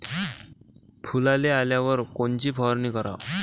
फुलाले आल्यावर कोनची फवारनी कराव?